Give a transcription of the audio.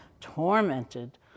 tormented